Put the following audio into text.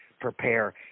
prepare